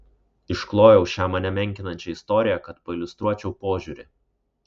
išklojau šią mane menkinančią istoriją kad pailiustruočiau požiūrį